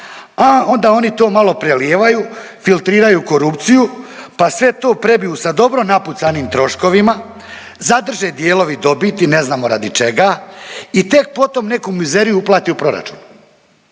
onda oni to malo prelijevaju, filtriraju korupciju, pa sve to prebiju sa dobro napucanim troškovima, zadrže dijelove dobiti ne znamo radi čega i tek potom neku mizeriju uplati u proračun.